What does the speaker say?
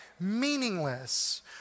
meaningless